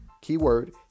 keyword